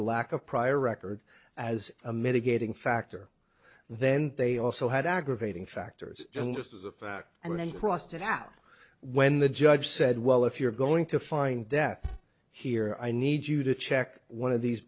the lack of prior record as a mitigating factor then they also had aggravating factors just as a fact and then crossed it out when the judge said well if you're going to find death here i need you to check one of these